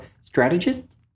strategist